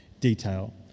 detail